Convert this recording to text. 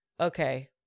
Okay